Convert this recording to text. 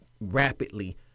rapidly